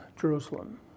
Jerusalem